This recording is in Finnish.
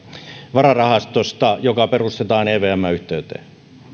vararahastosta joka perustetaan evmn yhteyteen kun